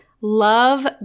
love